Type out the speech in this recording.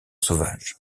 sauvage